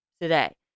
today